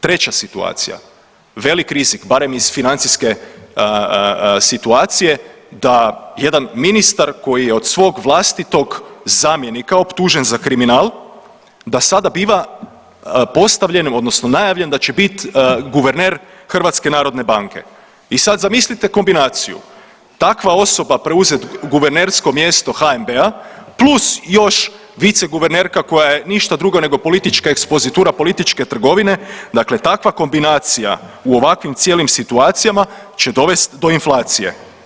Treća situacija, velik rizik barem iz financijske situacije da jedan ministar koji je od svog vlastitog zamjenika optužen za kriminal da sada biva postavljen odnosno najavljen da će bit guverner HNB-a i sad zamislite kombinaciju, takva osoba preuzet guvernersko mjesto HNB-a, plus još viceguvernerka koja je ništa drugo nego politička ekspozitura politike trgovine, dakle takva kombinacija u ovakvim cijelim situacijama će dovest do inflacije.